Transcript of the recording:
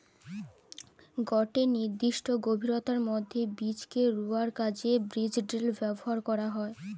গটে নির্দিষ্ট গভীরতার মধ্যে বীজকে রুয়ার কাজে বীজড্রিল ব্যবহার করা হয়